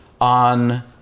on